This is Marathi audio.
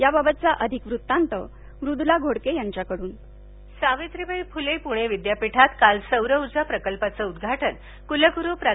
या बाबतचा अधिक वुतांत मुदुला घोडकेकडुन सावित्रीबाई फुले पुणे विद्यापीठात काल सौरऊर्जा प्रकल्पाचं उद्घाटन कुलगुरू प्रा